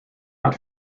not